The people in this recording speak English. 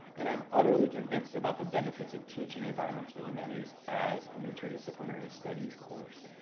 and i'm utterly convinced about the benefits of teaching environmental humanities as an interdisciplinary studies course.